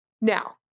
Now